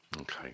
Okay